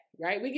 right